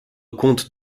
compte